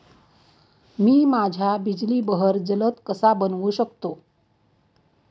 मी माझ्या बिजली बहर जलद कसा बनवू शकतो?